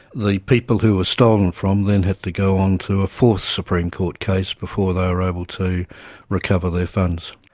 the people who were stolen from then had to go on to a fourth supreme court case before they were able to recover their funds.